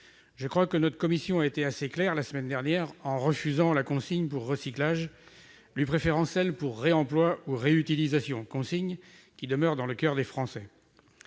Je crois que notre commission a été assez claire la semaine dernière en refusant la consigne pour recyclage, lui préférant celle pour réemploi ou réutilisation, consigne qui demeure dans le coeur des Français.